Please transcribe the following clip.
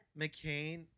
McCain